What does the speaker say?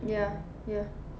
ya ya